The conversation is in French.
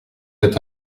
êtes